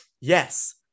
Yes